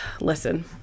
Listen